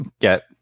get